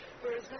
whereas